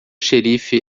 xerife